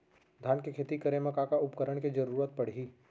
धान के खेती करे मा का का उपकरण के जरूरत पड़हि?